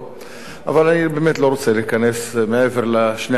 אבל אני באמת לא רוצה להיכנס מעבר לשני המשפטים האלה.